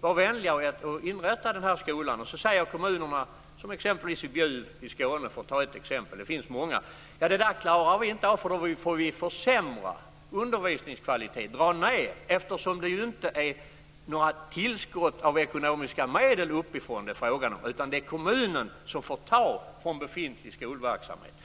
vara vänlig att inrätta den här skolan. Sedan säger man från kommunens sida, exempelvis i Bjuv i Skåne för att ta ett exempel och det finns många andra: Det där klarar vi inte av, för då får vi försämra undervisningskvaliteten. Det beror på att det inte är några tillskott av ekonomiska medel uppifrån som det är fråga om, utan det är kommunen som får ta resurser från befintlig skolverksamhet.